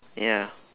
ya